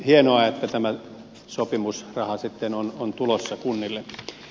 hienoa että tämä sopimusraha sitten on tulossa kunnille